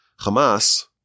Hamas